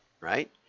right